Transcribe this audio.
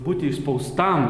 būti įspaustam